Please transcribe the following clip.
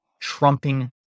trumping